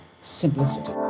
simplicity